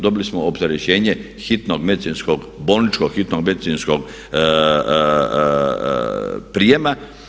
Dobili smo opterećenje hitnog medicinskog, bolničkog hitno medicinskog prijema.